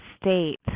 state